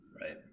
Right